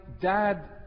dad